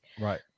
right